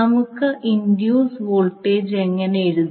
നമുക്ക് induced voltage ഇങ്ങനെ എഴുതാം